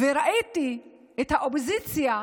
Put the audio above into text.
כשראיתי איך האופוזיציה,